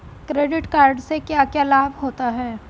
Credit card से क्या क्या लाभ होता है?